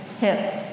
hip